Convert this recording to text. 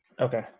okay